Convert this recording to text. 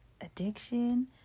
addiction